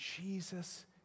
Jesus